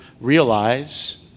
realize